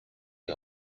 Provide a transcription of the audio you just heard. may